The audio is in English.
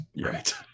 Right